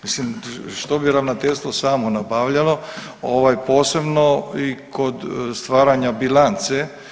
Mislim što bi ravnateljstvo samo nabavljalo ovaj posebno i kod stvaranja bilance.